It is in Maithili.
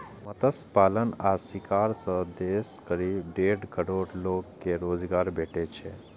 मत्स्य पालन आ शिकार सं देशक करीब डेढ़ करोड़ लोग कें रोजगार भेटै छै